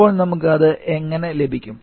ഇപ്പോൾ നമുക്ക് അത് എങ്ങനെ ലഭിക്കും